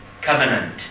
Covenant